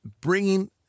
bringing